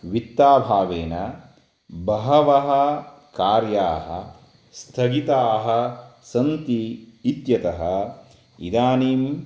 वित्ताभावेन बहवः कार्याः स्थगिताः सन्ति इत्यतः इदानीं